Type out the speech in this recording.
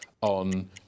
on